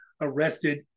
arrested